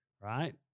right